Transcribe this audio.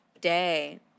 day